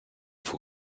vor